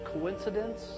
Coincidence